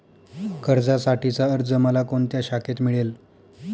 कर्जासाठीचा अर्ज मला कोणत्या शाखेत मिळेल?